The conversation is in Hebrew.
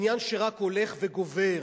עניין שרק הולך וגובר,